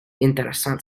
interessant